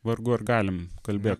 vargu ar galim kalbėt